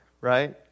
right